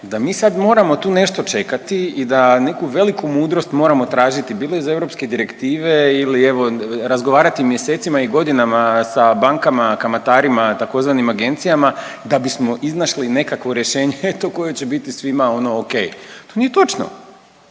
da mi sad moramo tu nešto čekati i da neku veliku mudrost moramo tražiti bilo iz europske direktive ili evo razgovarati mjesecima i godinama sa bankama, kamatarima tzv. agencijama da bismo iznašli nekakvo rješenje. To ko da će biti svima ono ok. Nije točno.